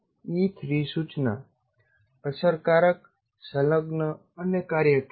ઇ3 સૂચના અસરકારક સંલગ્ન અને કાર્યક્ષમ